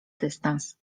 dystans